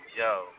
Yo